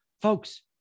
Folks